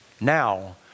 Now